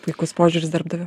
puikus požiūris darbdavio